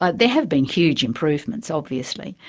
ah there have been huge improvements, obviously.